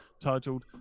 titled